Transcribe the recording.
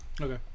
Okay